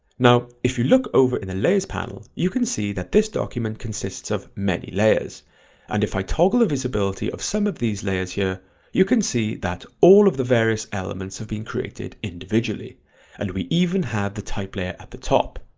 now if you look over in the layers panel you can see that this document consists of many layers and if i toggle the visibility of some of these layers here you can see that all of the various elements have been created individually and we even have the type layer at the top.